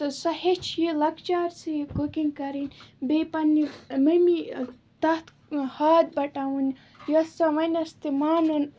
تہٕ سۄ ہیٚچھٕ یہِ لَکچارسٕے کُکِنٛگ کَرٕنۍ بیٚیہِ پنٛنہِ مٔمی تَتھ ہاتھ بَٹاوٕنۍ یۄس سۄ وَنہِ تہِ مانُن